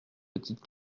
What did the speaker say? petite